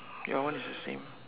your one is the same